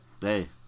Hey